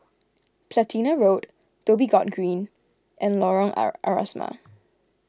Platina Road Dhoby Ghaut Green and Lorong Asrama